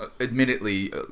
admittedly